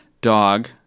dog